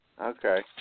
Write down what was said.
Okay